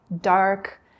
dark